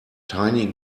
tiny